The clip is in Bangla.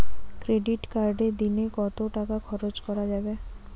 ক্রেডিট কার্ডে দিনে কত টাকা খরচ করা যাবে?